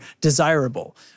desirable